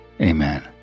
amen